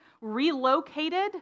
relocated